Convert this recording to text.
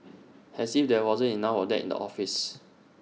as if there wasn't enough of that in the office